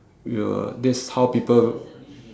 you will that's how people